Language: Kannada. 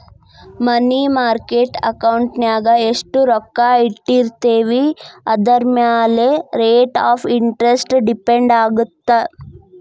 ಮನಿ ಮಾರ್ಕೆಟ್ ಅಕೌಂಟಿನ್ಯಾಗ ಎಷ್ಟ್ ರೊಕ್ಕ ಇಟ್ಟಿರ್ತೇವಿ ಅದರಮ್ಯಾಲೆ ರೇಟ್ ಆಫ್ ಇಂಟರೆಸ್ಟ್ ಡಿಪೆಂಡ್ ಆಗತ್ತ